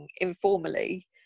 informally